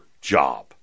job